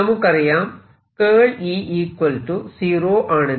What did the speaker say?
നമുക്കറിയാം ആണെന്ന്